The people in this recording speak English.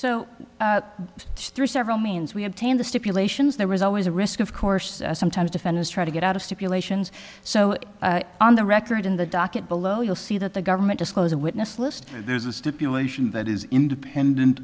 so several means we obtain the stipulations there was always a risk of course sometimes defendants try to get out of stipulations so on the record in the docket below you'll see that the government disclose a witness list there's a stipulation that is independent